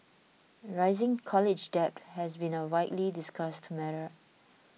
rising college debt has been a widely discussed matter